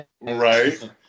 right